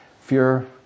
Fear